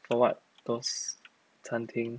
for what those 餐厅